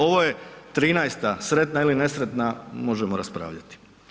Ovo je 13. sretna ili nesretna, možemo raspravljati.